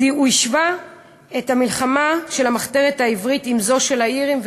הוא השווה את המלחמה של המחתרת העברית לזו של האירים,